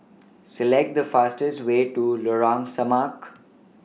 Select The fastest Way to Lorong Samak